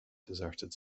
deserted